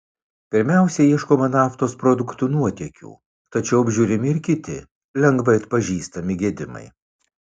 pirmiausia ieškoma naftos produktų nuotėkių tačiau apžiūrimi ir kiti lengvai atpažįstami gedimai